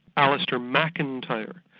alistair mcintyre,